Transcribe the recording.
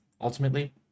ultimately